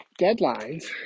deadlines